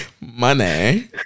money